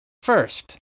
First